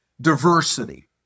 diversity